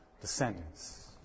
descendants